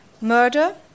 murder